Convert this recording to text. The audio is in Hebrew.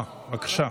אה, בבקשה.